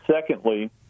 secondly